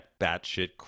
batshit